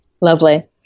Lovely